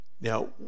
Now